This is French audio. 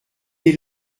est